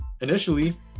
initially